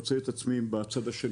משרד האוצר מועמר חאג'